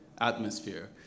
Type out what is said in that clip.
atmosphere